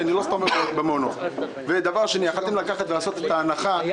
אני לא מתכוון להשאיר את המצב הזה כמות שהוא.